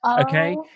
Okay